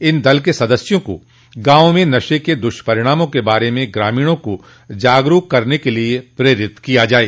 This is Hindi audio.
इन दल के सदस्यों को गांव में नशे के दुष्परिणामों के बारे में ग्रामीणों को जागरूक करने के लिये प्रेरित किया जाये